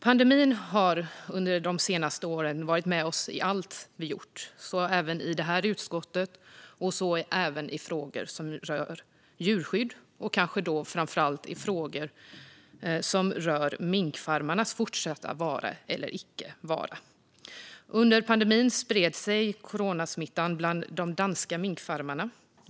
Pandemin har under de senaste åren varit med oss i allt vi gjort, så även i det här utskottet. Det gäller även frågor om djurskydd och kanske framför allt frågor som rör minkfarmernas fortsatta vara eller icke vara. Under pandemin spred sig coronasmittan bland de danska minkfarmerna.